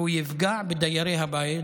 והוא יפגע בדיירי הבית.